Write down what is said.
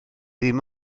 dim